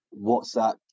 WhatsApp